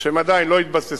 שבו הם עדיין לא התבססו